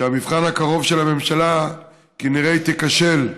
ובמבחן הקרוב של הממשלה היא כנראה תיכשל.